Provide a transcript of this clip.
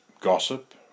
gossip